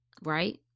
right